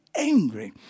angry